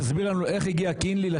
תסביר לנו איך הגיע קינלי לשם?